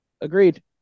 Agreed